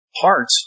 Parts